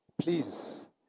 please